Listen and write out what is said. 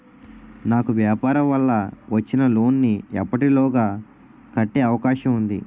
నాకు వ్యాపార వల్ల వచ్చిన లోన్ నీ ఎప్పటిలోగా కట్టే అవకాశం ఉంది?